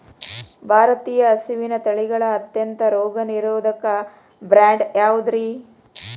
ಭಾರತೇಯ ಹಸುವಿನ ತಳಿಗಳ ಅತ್ಯಂತ ರೋಗನಿರೋಧಕ ಬ್ರೇಡ್ ಯಾವುದ್ರಿ?